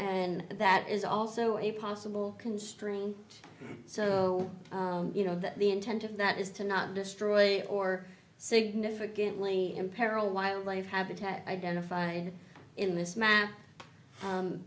and that is also a possible constraint so you know that the intent of that is to not destroy or significantly imperil wildlife habitat identified in this ma